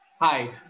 Hi